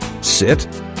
Sit